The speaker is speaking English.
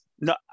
no